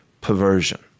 perversion